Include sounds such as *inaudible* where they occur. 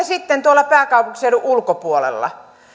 *unintelligible* sitten tuolla pääkaupunkiseudun ulkopuolella